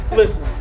listen